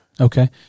Okay